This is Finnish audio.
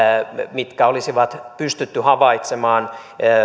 joiden avulla olisi pystytty tekemään havaintoja